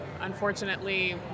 unfortunately